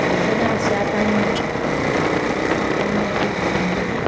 व्यञ्जनशाकानि शाकानि अपि सन्ति